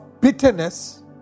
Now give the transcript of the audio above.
bitterness